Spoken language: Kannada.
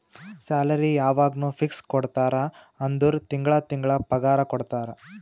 ಸ್ಯಾಲರಿ ಯವಾಗ್ನೂ ಫಿಕ್ಸ್ ಕೊಡ್ತಾರ ಅಂದುರ್ ತಿಂಗಳಾ ತಿಂಗಳಾ ಪಗಾರ ಕೊಡ್ತಾರ